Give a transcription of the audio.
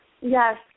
Yes